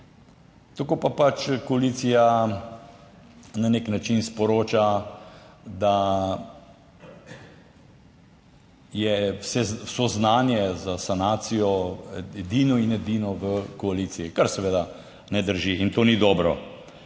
tako pa pač koalicija na nek način sporoča, da je vso znanje za sanacijo edino in edino v koaliciji, kar seveda ne drži in to ni dobro.